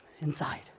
inside